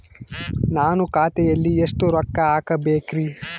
ನಾನು ಖಾತೆಯಲ್ಲಿ ಎಷ್ಟು ರೊಕ್ಕ ಹಾಕಬೇಕ್ರಿ?